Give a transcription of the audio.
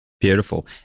Beautiful